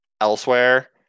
elsewhere